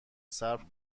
صبر